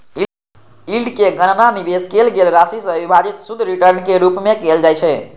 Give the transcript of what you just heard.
yield के गणना निवेश कैल गेल राशि सं विभाजित शुद्ध रिटर्नक रूप मे कैल जाइ छै